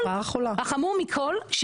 חמור מכל,